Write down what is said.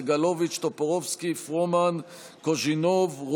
יואב סגלוביץ',